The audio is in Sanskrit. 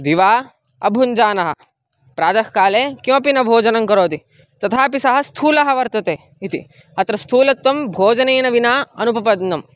दिवा अभुञ्जानः प्रातःकाले किमपि न भोजनङ् करोति तथापि सः स्थूलः वर्तते इति अत्र स्थूलत्वं भोजनेन विना अनुपपद्नं